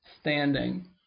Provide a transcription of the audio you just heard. standing